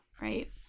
Right